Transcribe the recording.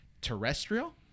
terrestrial